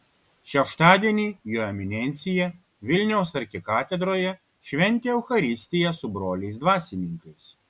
šeštadienį jo eminencija vilniaus arkikatedroje šventė eucharistiją su broliais dvasininkais